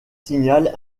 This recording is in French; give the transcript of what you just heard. signale